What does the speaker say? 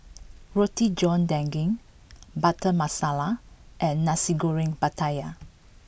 Roti John Daging Butter Masala and Nasi Goreng Pattaya